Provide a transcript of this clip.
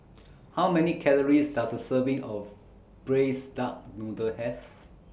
How Many Calories Does A Serving of Braised Duck Noodle Have